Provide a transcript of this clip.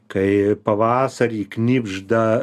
kai pavasarį knibžda